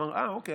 הוא אמר: אוקיי,